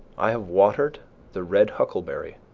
i have watered the red huckleberry,